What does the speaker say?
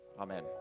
Amen